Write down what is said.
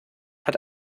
hat